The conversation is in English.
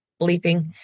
bleeping